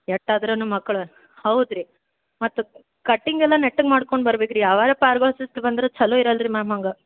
ಎಷ್ಟ್ ಆದ್ರೂ ಮಕ್ಳು ಹೌದು ರೀ ಮತ್ತೆ ಕಟಿಂಗ್ ಎಲ್ಲ ನೆಟ್ಟಗೆ ಮಾಡ್ಕೊಂಡು ಬರ್ಬೇಕು ರೀ ಯಾವಾಗ ಛಲೋ ಇರಲ್ಲ ರೀ ಮ್ಯಾಮ್ ಹಂಗೆ